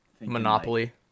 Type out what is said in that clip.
Monopoly